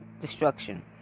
destruction